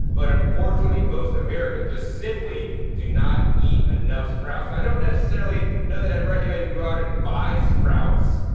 but unfortunately most americans just simply do not eat enough sprouts. now and i don't necessarily know that i'd recommend go out and buy sprouts,